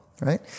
right